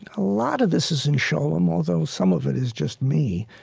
a lot of this is in scholem, although some of it is just me,